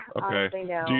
Okay